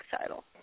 title